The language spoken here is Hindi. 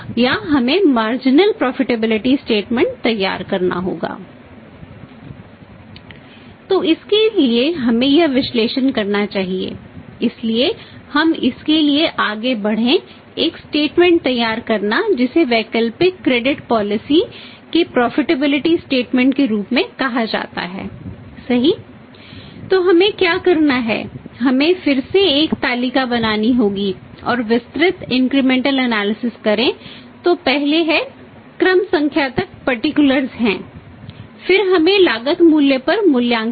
तो इसके लिए हमें यह विश्लेषण करना चाहिए इसलिए हम इसके लिए आगे बढ़ें एक स्टेटमेंट भी लेना है ठीक